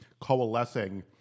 coalescing